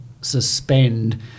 suspend